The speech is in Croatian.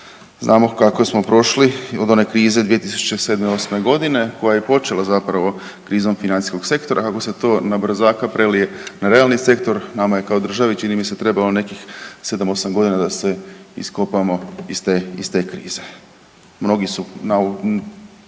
Znamo kako smo prošli od one krize 2007., '08. g., koja je počela zapravo krizom financijskog sektora, kako se to na brzaka prelije na realni sektor, nama je kao državi, čini mi se trebalo nekih 7, 8 godina da se iskopamo iz te krize. Mnogi su